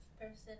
person